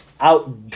Out